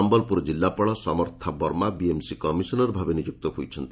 ସମ୍ଲପୁର ଜିଲ୍ଲାପାଳ Samartha Verma BMC commissioner ଭାବେ ନିଯୁକ୍ତ ହୋଇଛନ୍ତି